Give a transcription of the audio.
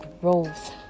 growth